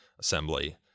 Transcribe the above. assembly